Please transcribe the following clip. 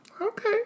Okay